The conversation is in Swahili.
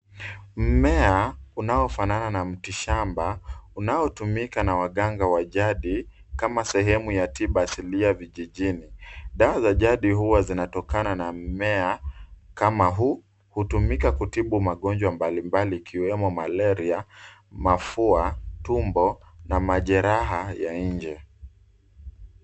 Mmea unaofanana na mitishamba unaotumika na waganga wa jadi kama sehemu ya tiba asilia vijijini. Dawa za jadi huwa zinatokana na mimea kama huu hutumika kutibu magonjwa mbalimbali ikiwemo malaria, mafua, tumbo na majeraha ya nje.